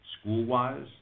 school-wise